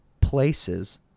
places